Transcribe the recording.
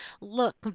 look